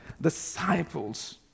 disciples